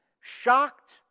shocked